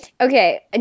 Okay